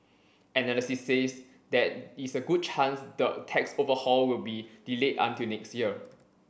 analysis says there is a good chance the tax overhaul will be delayed until next year